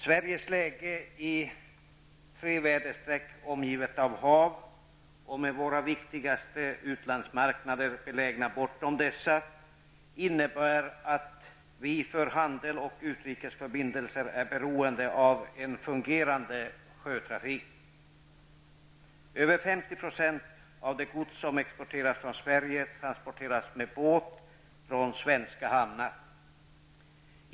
Sveriges läge i tre väderstreck omgivet av hav och med våra viktigaste utlandsmarknader belägna bortom dessa innebär att vi för handel och utrikesförbindelser är beroende av en fungerande sjötrafik. Över 50 % av det gods som exporteras från Sverige transporteras med båt från svenska hamnar.